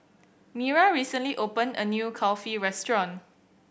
Mira recently opened a new Kulfi restaurant